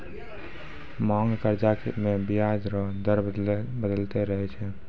मांग कर्जा मे बियाज रो दर बदलते रहै छै